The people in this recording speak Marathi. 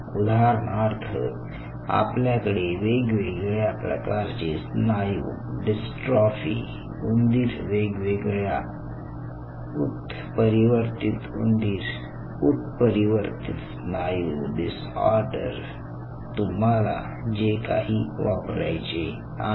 उदाहरणार्थ आपल्याकडे वेगवेगळ्या प्रकारचे स्नायू डिस्ट्रॉफी उंदीर वेगवेगळ्या उत्परिवर्तित उंदीर उत्परिवर्तित स्नायू डिसऑर्डर तुम्हाला जे काही वापरायचे आहे